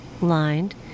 lined